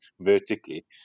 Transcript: vertically